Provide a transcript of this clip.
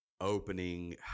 opening